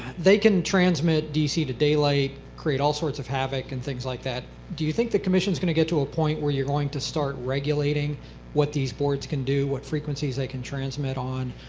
they can transmit dc to daylight, create all sorts of havoc, and things like that. do you think the commission is going to get to a point where you're going to start regulating what these boards can do, what frequencies they can transmit on?